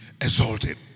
exalted